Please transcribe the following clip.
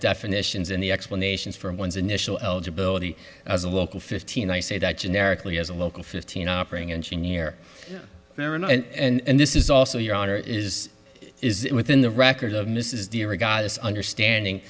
definitions and the explanations for one's initial eligibility as a local fifteen i say that generically as a local fifteen operating engineer and this is also your honor is is within the record of mrs d irregardless understanding